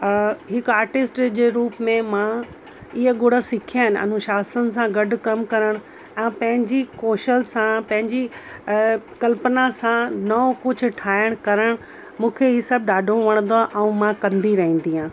हिकु आर्टिस्ट जे जे रूप में मां इहे गुण सिखिया आहिनि अनुशासन सां गॾु कम करणु ऐं पंहिंजी कौशल सां पंहिंजी कल्पना सां नओ कुझु ठाहिण करणु मूंखे इहो सभु ॾाढो वणंदो आहे ऐं मां कंदी रहंदी आहियां